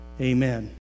amen